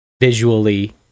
visually